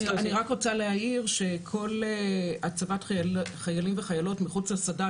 אני רק רוצה להעיר שכל הצבת חיילים וחיילות מחוץ לצבא,